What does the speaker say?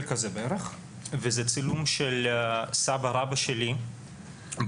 כזה בערך וזה צילום של סבא רבא שלי ברכסטאג.